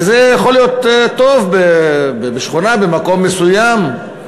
זה יכול להיות טוב בשכונה במקום מסוים,